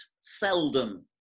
seldom